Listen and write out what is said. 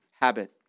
habit